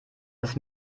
lass